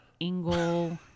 Engel